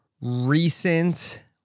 recent